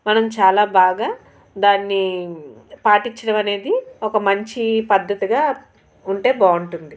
మనం చాలా బాగా దాన్ని పాటించడం అనేది ఒక మంచి పద్ధతిగా ఉంటే బాగుంటుంది